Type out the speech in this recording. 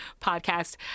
podcast